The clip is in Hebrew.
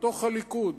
בתוך הליכוד,